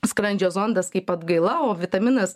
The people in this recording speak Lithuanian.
skrandžio zondas kaip atgaila o vitaminas